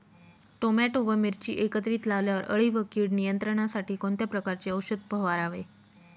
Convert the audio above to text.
Tomato व मिरची एकत्रित लावल्यावर अळी व कीड नियंत्रणासाठी कोणत्या प्रकारचे औषध फवारावे?